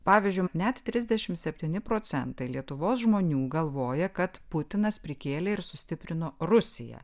pavyzdžiui net trisdešimt septyni procentai lietuvos žmonių galvoja kad putinas prikėlė ir sustiprino rusiją